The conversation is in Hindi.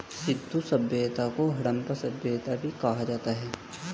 सिंधु सभ्यता को हड़प्पा सभ्यता भी कहा जाता है